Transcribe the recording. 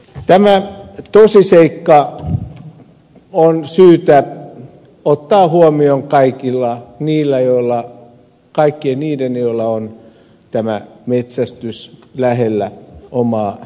tämä tosiseikka on syytä ottaa huomioon kaikkien niiden joilla on metsästys lähellä omaa toimintamalliaan